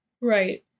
Right